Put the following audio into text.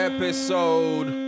Episode